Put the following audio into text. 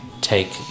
take